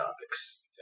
topics